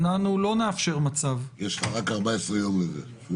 אנחנו לא נאפשר מצב --- יש לך רק 14 יום לזה.